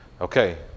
Okay